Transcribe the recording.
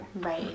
Right